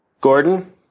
Gordon